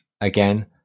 again